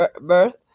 birth